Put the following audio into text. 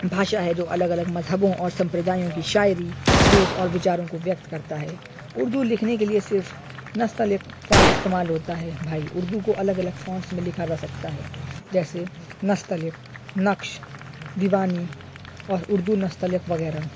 بھاشا ہے جو الگ الگ مذہبوں اور سمپردایوں کی شاعری پروز اور وچاروں کو ویکت کرتا ہے اردو لکھنے کے لیے صرف نستعلیق فونٹ استعمال ہوتا ہے بھائی اردو کو الگ الگ فونٹس میں لکھا جا سکتا ہے جیسے نستعلیق نقش دیوانی اور اردو نستعلیق وغیرہ